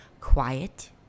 Quiet